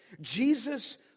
Jesus